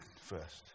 first